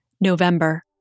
November